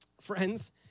friends